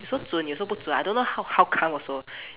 有时候准有时候不准 I don't how how come also